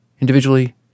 Individually